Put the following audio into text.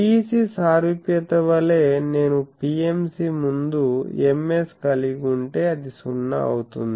PEC సారూప్యత వలె నేను PMC ముందు Ms కలిగి ఉంటే అది సున్నా అవుతుంది